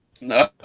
No